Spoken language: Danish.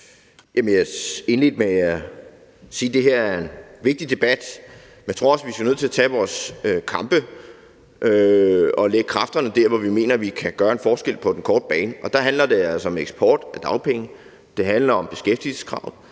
Jeg indledte med at sige, at det her er en vigtig debat. Men jeg tror også, at vi bliver nødt til at tage vores kampe og lægge kræfterne der, hvor vi mener at vi kan gøre en forskel på den korte bane, og der handler det altså om eksport af dagpenge, og det handler om beskæftigelseskravet,